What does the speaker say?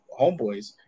homeboys